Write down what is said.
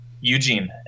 eugene